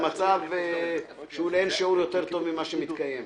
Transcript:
למצב שהוא לאין שיעור יותר טוב ממה שמתקיים.